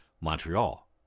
Montreal